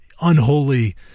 Unholy